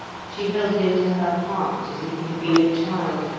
she held him to her heart as if he had been a child,